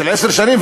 של עשר שנים,